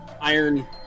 iron